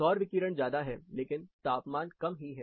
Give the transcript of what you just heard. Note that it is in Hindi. सौर विकिरण ज्यादा है लेकिन तापमान कम ही है